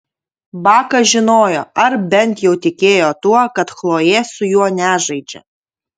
bakas žinojo ar bent jau tikėjo tuo kad chlojė su juo nežaidžia